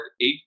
eight